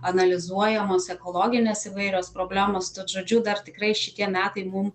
analizuojamos ekologinės įvairios problemos tad žodžiu dar tikrai šitie metai mum